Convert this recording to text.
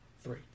three